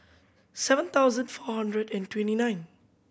seven thousand four hundred and twenty nine